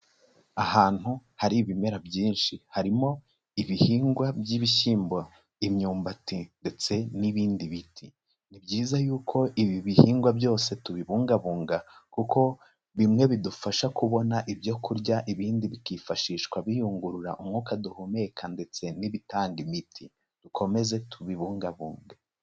Ahantu hari ibimera byinshi, harimo ibihingwa by'ibishyimbo, imyumbati ndetse n'ibindi biti, ni byiza y'uko ibi bihingwa byose tubibungabunga kuko bimwe bidufasha kubona ibyo kurya, ibindi bikifashishwa biyungurura umwuka duhumeka ndetse n'ibitanga imiti, dukomeze tubibungabunge.